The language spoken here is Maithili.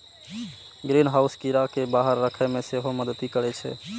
ग्रीनहाउस कीड़ा कें बाहर राखै मे सेहो मदति करै छै